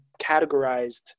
categorized